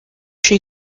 she